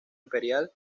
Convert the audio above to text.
imperial